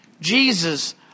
Jesus